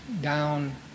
down